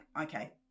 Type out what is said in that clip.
okay